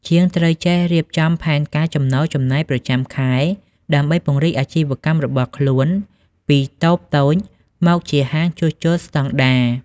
ជាងត្រូវចេះរៀបចំផែនការចំណូលចំណាយប្រចាំខែ ដើម្បីពង្រីកអាជីវកម្មរបស់ខ្លួនពីតូបតូចមកជាហាងជួសជុលស្តង់ដារ។